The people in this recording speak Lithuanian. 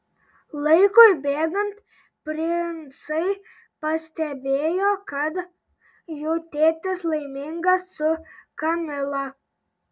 laikui bėgant princai pastebėjo kad jų tėtis laimingas su kamila